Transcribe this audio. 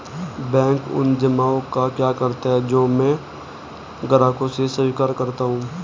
Bank उन जमाव का क्या करता है जो मैं ग्राहकों से स्वीकार करता हूँ?